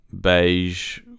beige